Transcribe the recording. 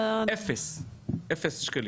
אפס שקלים.